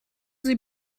sie